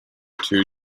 two